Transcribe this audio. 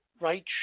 right